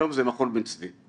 כיום זה מכון בן צבי.